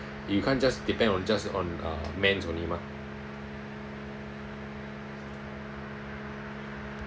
you can't just depend on just on uh men's only mah